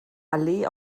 allee